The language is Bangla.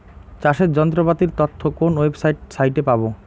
চাষের যন্ত্রপাতির তথ্য কোন ওয়েবসাইট সাইটে পাব?